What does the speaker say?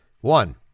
One